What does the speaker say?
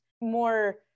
more